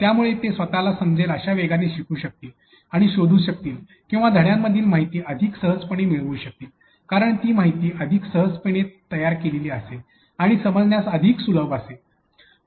त्यामुळे ते स्वतला समजेल अश्या वेगाने शिकू शकतील आणि शोधू शकतील किंवा धड्यामधील माहिती अधिक सहजपणे मिळवू शकतील कारण ती माहिती अधिक सहजपणे तयार केलेली असेल आणि समजण्यास अधिक सुलभ असेल